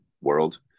world